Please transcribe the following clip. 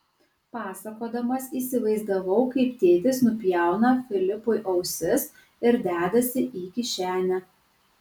pasakodamas įsivaizdavau kaip tėtis nupjauna filipui ausis ir dedasi į kišenę